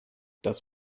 das